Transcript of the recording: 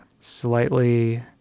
slightly